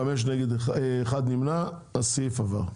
הצבעה אושר חמש נגד אחד נמנע הסעיף עבר.